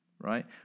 Right